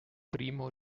primo